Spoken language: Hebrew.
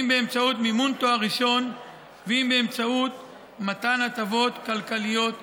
אם באמצעות מימון תואר ראשון ואם באמצעות מתן הטבות כלכליות אחרות.